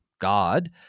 God